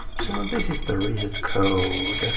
so this is the reset code.